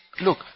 look